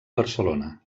barcelona